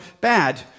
bad